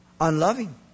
Unloving